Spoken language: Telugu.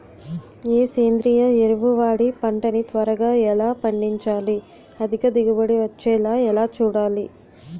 ఏ సేంద్రీయ ఎరువు వాడి పంట ని త్వరగా ఎలా పండించాలి? అధిక దిగుబడి వచ్చేలా ఎలా చూడాలి?